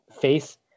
face